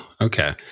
Okay